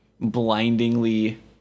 blindingly